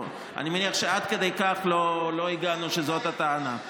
אני מניח שלא הגענו עד כדי כך שזאת הטענה.